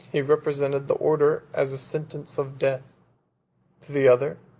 he represented the order as a sentence of death to the other,